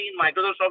Microsoft